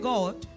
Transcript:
God